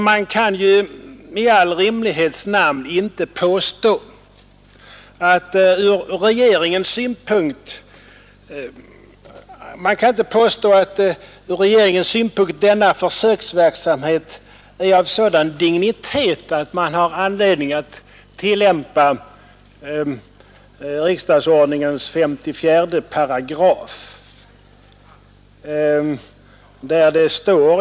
Man kan ju i all rimlighets namn inte påstå att denna försöksverksamhet från regeringens synpunkt är av sådan dignitet att det finns anledning att tillämpa riksdagsordningens 54 §.